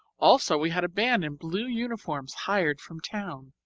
also we had a band in blue uniforms hired from town.